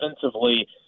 defensively